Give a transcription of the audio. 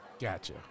Gotcha